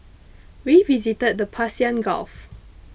we visited the Persian Gulf